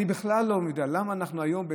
אני בכלל לא יודע למה אנחנו היום,